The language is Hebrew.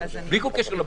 בלי קשר לבדיקות.